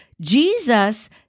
Jesus